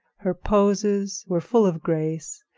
her poses were full of grace,